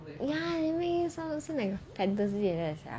ya they make it sounds like fantasy like that sia